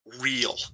real